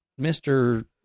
Mr